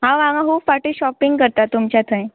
हांव हांगा खूब फावटी शॉपिंग करता तुमच्या थंय